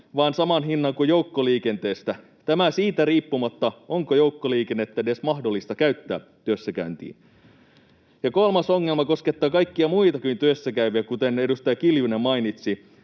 vaan saman hinnan kuin joukkoliikenteestä. Tämä siitä riippumatta, onko joukkoliikennettä edes mahdollista käyttää työssäkäyntiin. Ja kolmas ongelma koskettaa kaikkia muita kuin työssäkäyviä, kuten edustaja Kiljunen mainitsi.